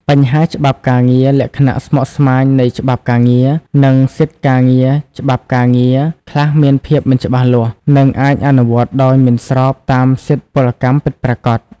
បញ្ហាច្បាប់ការងារលក្ខណៈស្មុគស្មាញនៃច្បាប់ការងារ និងសិទ្ធិការងារច្បាប់ការងារខ្លះមានភាពមិនច្បាស់លាស់ និងអាចអនុវត្តដោយមិនស្របតាមសិទ្ធិពលកម្មពិតប្រាកដ។